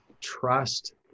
trust